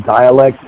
dialect